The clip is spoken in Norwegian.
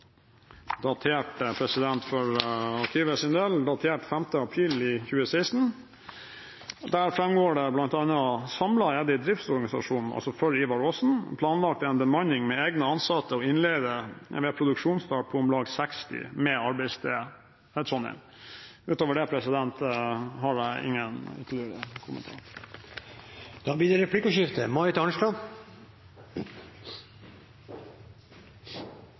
datert 5. april 2016. Der framgår det – altså for Ivar Aasen-feltet – bl.a. at: «Samlet er det i driftsorganisasjonen planlagt en bemanning med egne ansatte og innleide ved produksjonsstart på om lag 60 med arbeidsted i Trondheim.» Utover det har jeg ingen ytterligere kommentar. Det blir replikkordskifte.